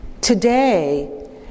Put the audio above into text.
today